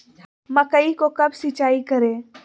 मकई को कब सिंचाई करे?